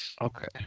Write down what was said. Okay